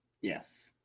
Yes